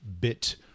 bit